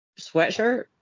sweatshirt